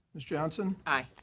ms. johnson. aye.